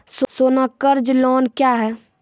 सोना कर्ज लोन क्या हैं?